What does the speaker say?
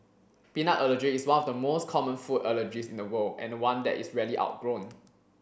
peanut allergy is one of the most common food allergies in the world and one that is rarely outgrown